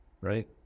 right